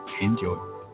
Enjoy